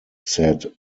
said